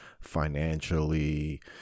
Financially